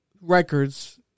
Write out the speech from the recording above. records